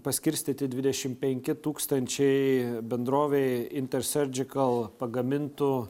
paskirstyti dvidešim penki tūkstančiai bendrovėj intersurgical pagamintų